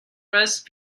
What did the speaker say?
rest